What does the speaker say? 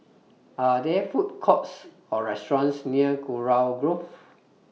Are There Food Courts Or restaurants near Kurau Grove